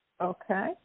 Okay